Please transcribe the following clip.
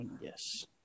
Yes